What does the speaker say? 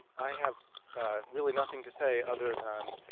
i have really nothing to say, other than,